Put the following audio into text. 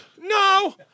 No